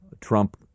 Trump